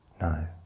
No